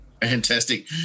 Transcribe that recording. fantastic